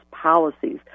policies